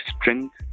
strength